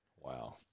Wow